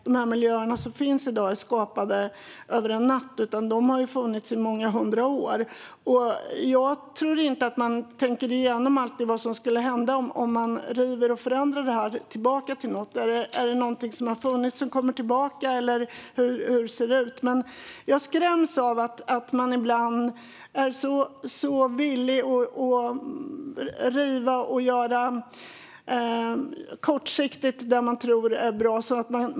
De miljöer som finns i dag är ju inte skapade över en natt, utan de har funnits i många hundra år. Jag tror inte att man alltid tänker igenom vad som skulle hända om man river och förändrar tillbaka till något. Är det något som har funnits förut som kommer tillbaka? Hur ser det ut? Jag skräms som sagt av att man ibland är så villig att riva och göra något som man kortsiktigt tror är bra.